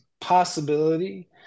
possibility